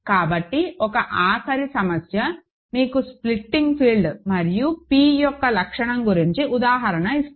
కాబట్టి ఒక ఆఖరి సమస్య మీకు స్ప్లిటింగ్ ఫీల్డ్ మరియు p యొక్క లక్షణం గురించి ఉదాహరణ ఇస్తాను